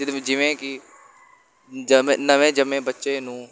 ਜਿਹਦੇ ਵਿੱਚ ਜਿਵੇਂ ਕਿ ਜਮ ਨਵੇਂ ਜੰਮੇ ਬੱਚੇ ਨੂੰ